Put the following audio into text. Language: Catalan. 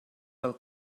del